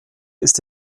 ist